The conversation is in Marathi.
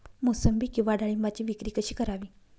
मोसंबी किंवा डाळिंबाची विक्री कशी करावी?